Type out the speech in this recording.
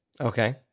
Okay